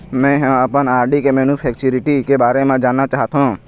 में ह अपन आर.डी के मैच्युरिटी के बारे में जानना चाहथों